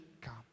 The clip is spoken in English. come